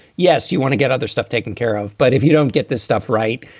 yes, you want to get other stuff taken care of. but if you don't get this stuff right,